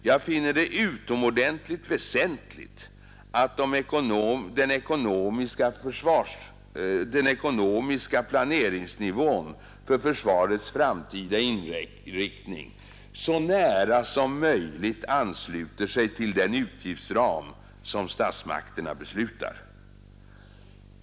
Jag finner det utomordentligt väsentligt att den ekonomiska planeringsnivån för försvarets framtida inriktning så nära som möjligt ansluter sig till den utgiftsram som statsmakterna beslutar.